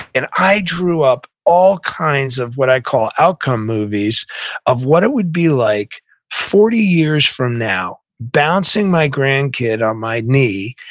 and i drew up all kinds of what i call outcome movies of what it would be like forty years from now, bouncing my grandkid on my knee,